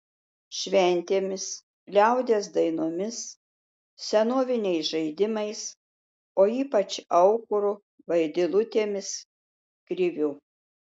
šventėmis liaudies dainomis senoviniais žaidimais o ypač aukuru vaidilutėmis kriviu